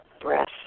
breath